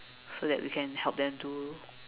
so that we can help them to